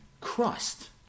Christ